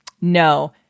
no